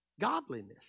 godliness